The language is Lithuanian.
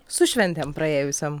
su šventėm praėjusiom